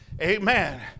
Amen